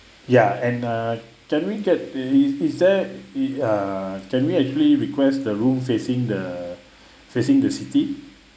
ya and err can we get is is is there it err can we actually request the room facing the facing the city